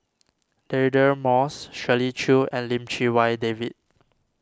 Deirdre Moss Shirley Chew and Lim Chee Wai David